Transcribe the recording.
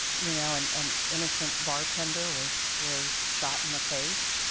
you know, and an innocent bartender was was shot in the face,